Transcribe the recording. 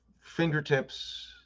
fingertips